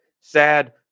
sad